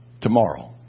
tomorrow